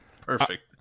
Perfect